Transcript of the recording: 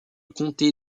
comté